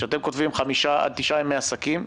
כשאתם כותבים "חמישה עד תשעה ימי עסקים",